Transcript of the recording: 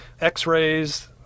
x-rays